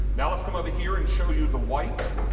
now let's come over here and show you the white